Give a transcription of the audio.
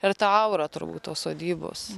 ir ta aura turbūt tos sodybos